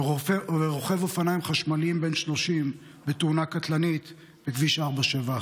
ורוכב אופניים חשמליים בן 30 בתאונה קטלנית בכביש 471,